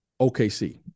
OKC